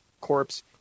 corpse